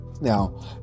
Now